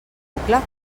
article